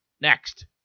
next